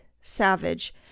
savage